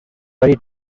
very